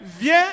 viens